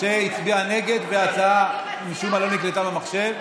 שהצביע נגד וההצעה משום מה לא נקלטה במחשב.